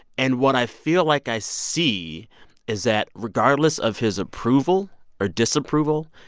and what i feel like i see is that, regardless of his approval or disapproval,